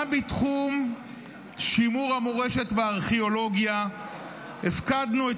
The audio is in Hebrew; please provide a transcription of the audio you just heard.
גם בתחום שימור המורשת והארכיאולוגיה הפקדנו את